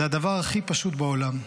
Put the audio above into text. זה הדבר הכי פשוט בעולם,